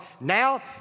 now